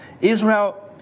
Israel